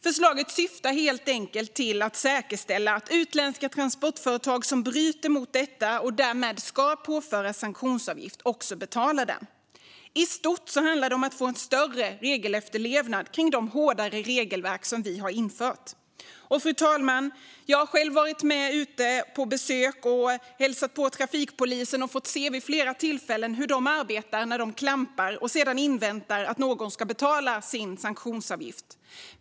Förslaget syftar helt enkelt till att säkerställa att utländska transportföretag som bryter mot detta och därmed ska påföras sanktionsavgift också betalar den. I stort handlar det om att få en större regelefterlevnad kring de hårdare regelverk som vi har infört. Fru talman! Jag har själv varit med ute på besök och hälsat på trafikpolisen och vid flera tillfällen fått se hur de arbetar när de klampar och sedan inväntar att någon ska betala sin sanktionsavgift.